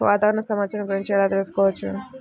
వాతావరణ సమాచారం గురించి ఎలా తెలుసుకోవచ్చు?